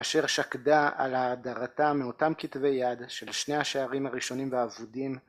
אשר שקדה על האדרתה מאותם כתבי יד של שני השערים הראשונים והאבודים